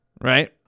right